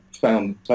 found